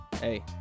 hey